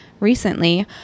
recently